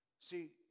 See